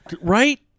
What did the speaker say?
Right